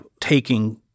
taking